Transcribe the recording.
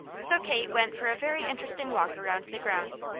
so kate went for a very interesting walk around the grounds.